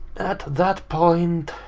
at that point,